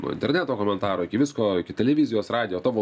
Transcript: nuo interneto komentarų iki visko iki televizijos radijo tavo